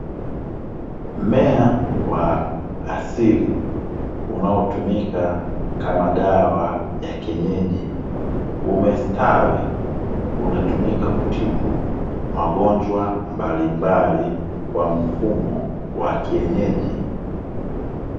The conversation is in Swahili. Mmea wa asili unaotumika kama dawa ya kienyeji umestawi, unatumika kutibu magonjwa mbalimbali kwa mfumo wa kienyeji.